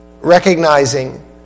recognizing